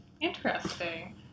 Interesting